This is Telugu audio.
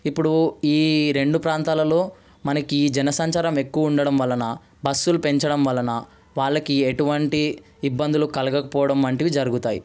ఇప్పుడు ఈ రెండు ప్రాంతాలలో మనకి జనసంచారం ఎక్కువ ఉండడం వలన బస్సులు పెంచడం వలన ఎటువంటి ఇబ్బందులు కలగకపోవడం వంటివి జరుగుతాయి